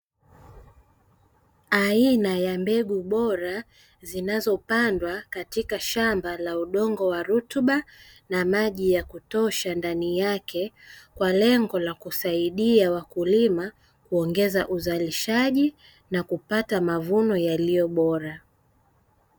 Aina ya mbegu bora zinazopandwa katika shamba la udongo wa rutuba na maji ya kutosha ndani yake, kwa lengo la kusaidia wakulima kuongeza uzalishaji na kupata mavuno yaliyobora.